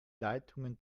leitungen